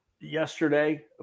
yesterday